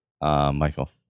Michael